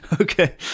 okay